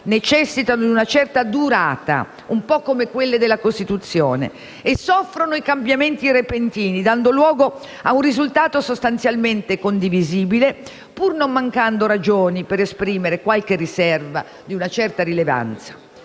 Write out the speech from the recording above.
necessitano di una certa durata, un po' come quelle della Costituzione, e soffrono i cambiamenti repentini - dando luogo a un risultato sostanzialmente condivisibile, pur non mancando ragioni per esprimere qualche riserva di una certa rilevanza.